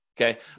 Okay